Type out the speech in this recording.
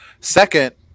Second